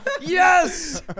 yes